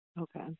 Okay